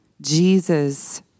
Jesus